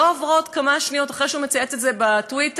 לא עוברות כמה שניות אחרי שהוא מצייץ את זה בטוויטר,